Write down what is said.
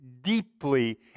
deeply